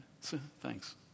Thanks